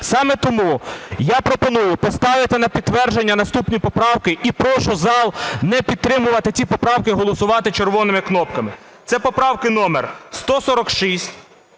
Саме тому я пропоную поставити на підтвердження наступні поправки. І прошу зал не підтримувати ці поправки і голосувати червоними кнопками. Це поправки номер 146,